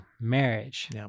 Marriage